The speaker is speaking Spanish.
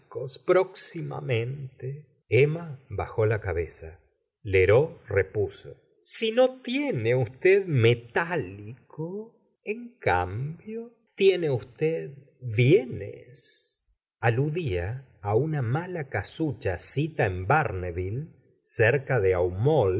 próximamente emma bajó la cabeza lheureux repuso si no tiene usted metálico en cambio tiené usted bienes aludía á una mala casucha sita en barneville cerca de